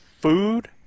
Food